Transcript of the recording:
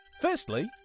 Firstly